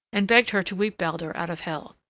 and begged her to weep baldur out of hel.